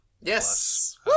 Yes